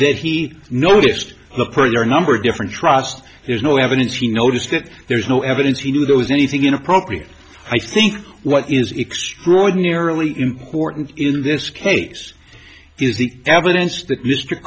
that he noticed the per year number different trust there's no evidence he noticed that there's no evidence he knew there was anything inappropriate i think what is extraordinarily important in this case is the evidence that